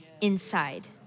inside